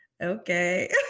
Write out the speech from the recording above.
okay